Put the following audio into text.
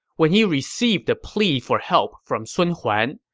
when he received the plea for help from sun huan,